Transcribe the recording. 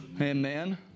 Amen